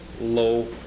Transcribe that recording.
low